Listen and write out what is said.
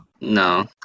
No